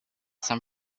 some